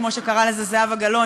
כמו שקראה לזה זהבה גלאון,